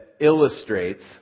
illustrates